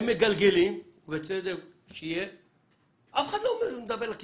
הם מגלגלים וזה בסדר, לא מדברים על זה.